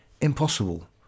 impossible